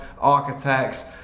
Architects